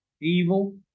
evil